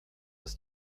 ist